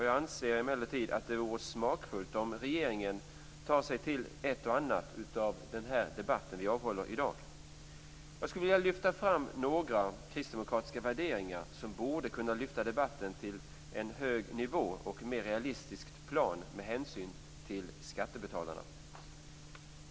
Jag anser emellertid att det vore smakfullt om regeringen tar till sig ett och annat av den debatt vi håller i dag. Jag skulle vilja lyfta fram några kristdemokratiska värderingar som borde kunna lyfta debatten till ett högre och mer realistiskt plan med hänsyn till skattebetalarna.